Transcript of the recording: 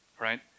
right